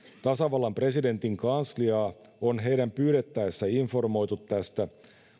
tasavallan presidentin kansliaa on heidän pyydettäessä informoitu tästä